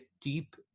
deep